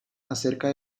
acerca